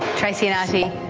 tracy and arty,